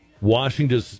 Washington